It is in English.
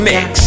Mix